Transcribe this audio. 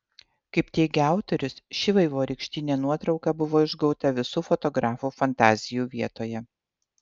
kaip teigia autorius ši vaivorykštinė nuotrauka buvo išgauta visų fotografų fantazijų vietoje